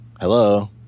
hello